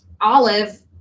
Olive